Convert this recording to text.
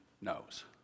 knows